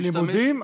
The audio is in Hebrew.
לימודים,